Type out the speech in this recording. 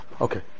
Okay